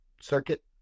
circuit